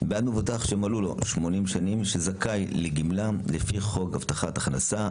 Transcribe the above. בעד מבוטח שמלאו לו 80 שנים והוא זכאי לגמלה לפי חוק הבטחת הכנסה,